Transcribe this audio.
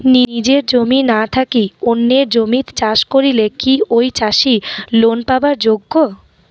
নিজের জমি না থাকি অন্যের জমিত চাষ করিলে কি ঐ চাষী লোন পাবার যোগ্য?